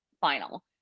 final